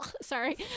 sorry